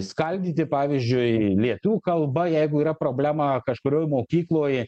skaldyti pavyzdžiui lietuvių kalba jeigu yra problema kažkurioj mokykloj